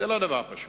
זה לא דבר פשוט.